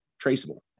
traceable